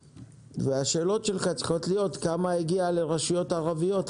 השאלות שלך צריכות להיות כמה הגיע לרשויות ערביות,